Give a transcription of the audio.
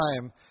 time